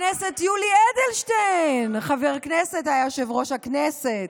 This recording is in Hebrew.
חבר הכנסת יולי אדלשטיין, היה יושב-ראש הכנסת.